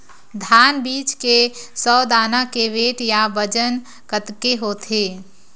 धान बीज के सौ दाना के वेट या बजन कतके होथे?